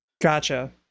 Gotcha